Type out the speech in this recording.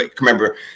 Remember